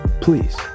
Please